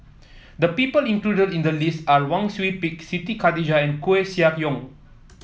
the people included in the list are Wang Sui Pick Siti Khalijah and Koeh Sia Yong